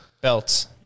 belts